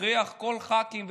שתכריח את כל הח"כים,